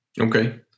Okay